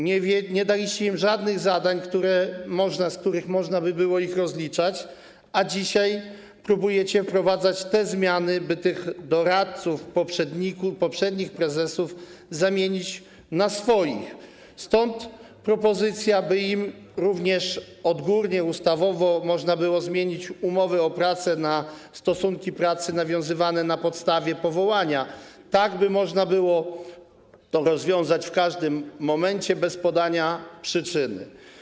Nie daliście im żadnych zadań, z których można by było ich rozliczać, a dzisiaj próbujecie wprowadzać te zmiany, by tych doradców poprzednich prezesów zamienić na swoich, stąd propozycja, by im również odgórnie, ustawowo można było zmienić umowy o pracę na stosunki pracy nawiązywane na podstawie powołania, tak by można było to rozwiązać w każdym momencie bez podania przyczyny.